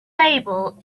able